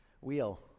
Wheel